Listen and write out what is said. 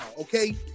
Okay